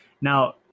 now